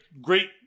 great